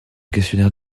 questionnaire